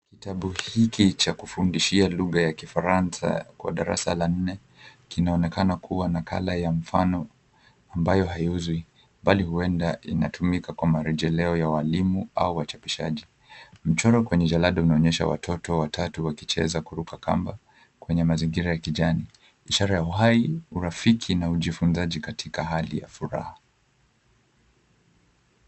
Kitabu hiki cha kufundishia lugha ya kifaransa kwa darasa la nne kinaonekana kuwa nakala ya mfano, ambayo haiuzwi bali huenda inatumika kwa marejeo ya walimu au wachapishaji. Mchoro kwenye jalada unaonyesha watoto watatu wakicheza kuruka kamba kwenye mazingira ya kijani, ishara ya uhai, urafiki, na ujifunzaji katika hali ya furaha.